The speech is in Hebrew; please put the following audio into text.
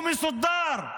הוא מסודר.